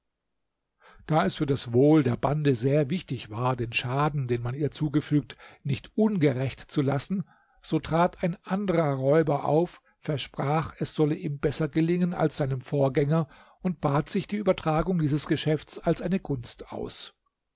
da es für das wohl der bande sehr wichtig war den schaden den man ihr zugefügt nicht ungerächt zu lassen so trat ein anderer räuber auf versprach es solle ihm besser gelingen als seinem vorgänger und bat sich die übertragung dieses geschäfts als eine gunst aus